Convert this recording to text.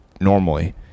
normally